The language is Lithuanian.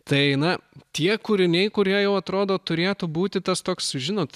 tai na tie kūriniai kurie jau atrodo turėtų būti tas toks žinot